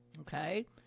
Okay